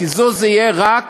הקיזוז יהיה רק